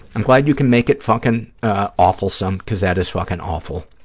i'm glad you can make it fucking awfulsome because that is fucking awful.